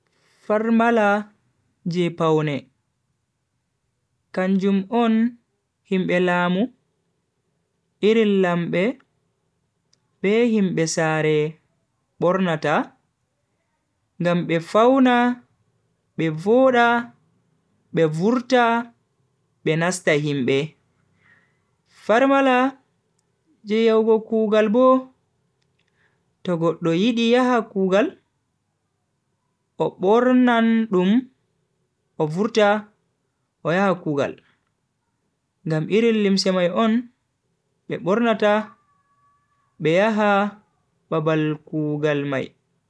Far mala ji pawne, kanjum on himbe lamu irin lambe be himbe sare bornata, gam be fauna, be voda, be vurta, be nasta himbe. Far mala ji yawugo kugal bo to go do yidi yaha kugal, o bornan dum, o vurta, o yaha kugal. Gam irin lismai on be bornata, be yaha babal kugalmai.